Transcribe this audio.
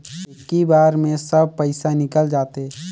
इक्की बार मे सब पइसा निकल जाते?